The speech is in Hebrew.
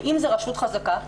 ואם זו רשות חזקה,